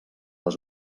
les